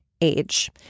age